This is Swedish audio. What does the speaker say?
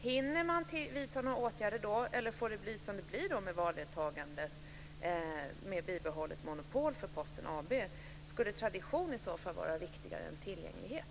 Hinner man då vidta åtgärder, eller får det då bli som det blir med valdeltagandet - med ett bibehållet monopol för Posten AB? Skulle tradition i så fall vara viktigare än tillgänglighet?